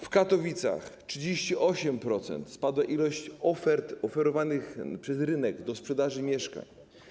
W Katowicach o 38% spadła liczba ofert propowanych przez rynek sprzedaży mieszkań.